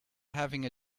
having